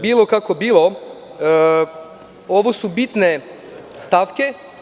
Bilo kako bilo, ovo su bitne stavke.